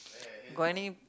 got any